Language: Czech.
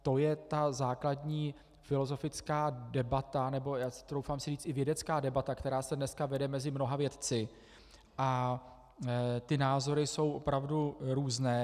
To je ta základní filozofická debata, nebo já si troufám říct i vědecká debata, která se dneska vede mezi mnoha vědci, a ty názory jsou opravdu různé.